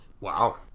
Wow